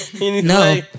No